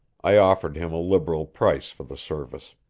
i offered him a liberal price for the service.